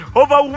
over